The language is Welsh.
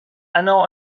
yno